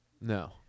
No